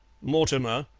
mortimer,